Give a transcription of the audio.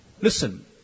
listen